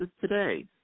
today